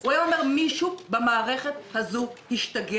הוא היה אומר: מישהו במערכת הזו השתגע.